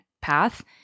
path